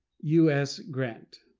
u s. grant.